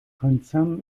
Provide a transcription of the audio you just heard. konzern